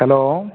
hello